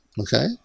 Okay